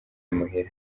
muhira